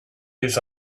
his